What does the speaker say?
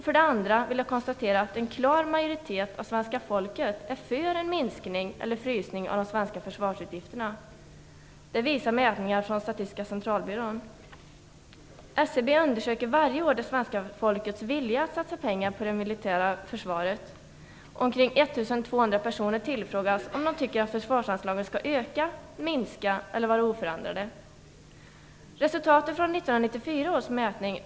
För det andra vill jag konstatera att en klar majoritet av det svenska folket är för en minskning eller frysning av de svenska försvarsutgifterna. Det visar mätningar som Statistiska centralbyrån har gjort. SCB undersöker varje år det svenska folkets vilja att satsa pengar på det militära försvaret. Omkring 1 200 personer tillfrågas om de tycker att försvarsanslagen skall öka, minska eller vara oförändrade.